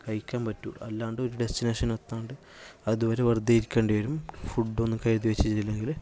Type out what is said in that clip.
കഴിക്കാൻ പറ്റുകയുള്ളു അല്ലാതെ ഒരു ഡെസ്റ്റിനേഷൻ എത്താണ്ട് അതുവരെ വെറുതെ ഇരിക്കേണ്ടിവരും ഫുഡ് ഒന്നും കരുതി വെച്ചില്ലെങ്കില്